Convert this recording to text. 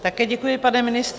Také děkuji, pane ministře.